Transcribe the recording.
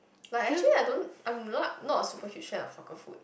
like actually I don't I'm lah not a super huge fan of hawker food